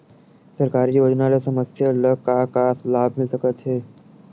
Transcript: सरकारी योजना ले समस्या ल का का लाभ मिल सकते?